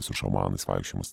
su šamanais vaikščiojimas